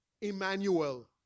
Emmanuel